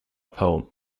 poem